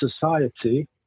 Society